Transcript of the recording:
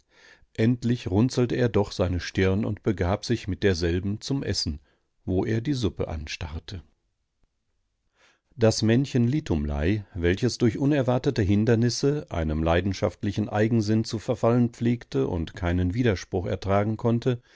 endlich runzelte er doch seine stirn und begab sich mit derselben zum essen wo er die suppe anstarrte das männchen litumlei welches durch unerwartete hindernisse einem leidenschaftlichen eigensinn zu verfallen pflegte und keinen widerspruch ertragen konnte